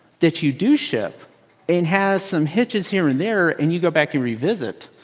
that you do ship and has some hitches here and there and you go back and revisit,